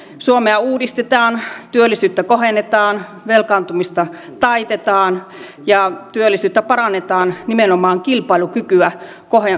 suomea uudistetaan työllisyyttä kohennetaan velkaantumista taitetaan ja työllisyyttä parannetaan nimenomaan kilpailukykyä kohentamalla